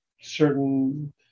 certain